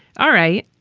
all right,